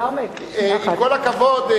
עם כל הכבוד,